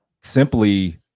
simply